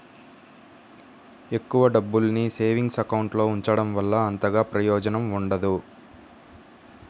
ఎక్కువ డబ్బుల్ని savings account లో ఉంచడం వల్ల అంతగా ప్రయోజనం ఉండదు